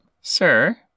Sir